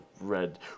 red